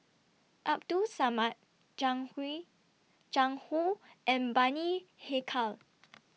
Abdul Samad Jiang Hui Jiang Hu and Bani Haykal